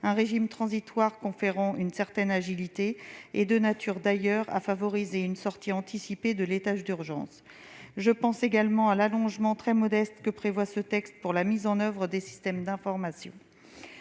un régime transitoire conférant une certaine agilité et de nature à favoriser une sortie anticipée de celui-ci. Je pense également à l'allongement très modeste que prévoit ce texte pour la mise en oeuvre des systèmes d'information,